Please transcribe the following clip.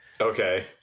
Okay